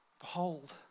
Behold